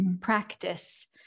practice